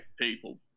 people